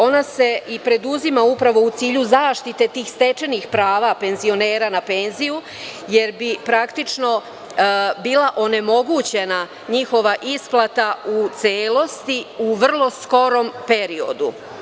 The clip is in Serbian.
Ona se i preduzima upravo u cilju zaštite tih stečenih prava penzionera na penziju, jer bi praktično bila onemogućena njihova isplata u celosti, u vrlo skorom periodu.